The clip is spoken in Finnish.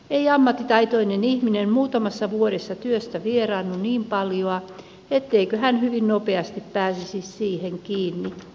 ei ammattitaitoinen ihminen muutamassa vuodessa työstä vieraannu niin paljoa ettei hän hyvin nopeasti pääsisi siihen kiinni